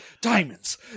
Diamonds